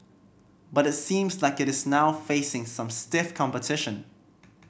but it seems like it is now facing some stiff competition